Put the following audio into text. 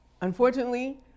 Unfortunately